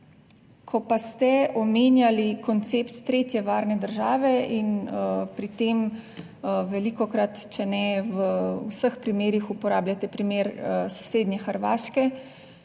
Ko pa ste omenjali koncept tretje varne države in pri tem velikokrat, če ne v vseh primerih, uporabljate primer sosednje Hrvaške.